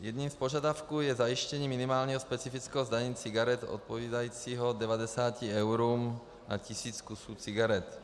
Jedním z požadavků je zajištění minimálního specifického zdanění cigaret odpovídajícího 90 eurům na tisíc kusů cigaret.